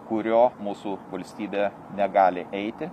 kurio mūsų valstybė negali eiti